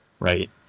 Right